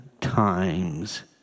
times